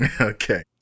Okay